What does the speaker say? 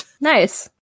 Nice